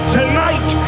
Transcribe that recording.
tonight